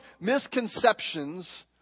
misconceptions